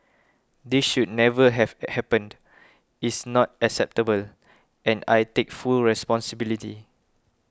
this should never have happened is not acceptable and I take full responsibility